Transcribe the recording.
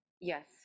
Yes